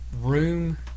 room